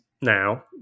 now